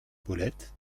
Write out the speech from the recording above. paulette